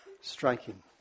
striking